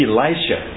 Elisha